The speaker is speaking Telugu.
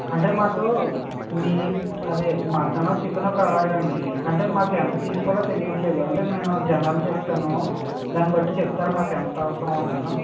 అంటే మాకు మీ మట్టను చికెను కావాలండి అంటే మాకు ఎంత తీసుకోవాలో తెలియట్లేదు అంటే నేను జనాలు చెప్తాను దాన్ని బట్టి చెప్తారా మాకెంత అవసరమవుతుందో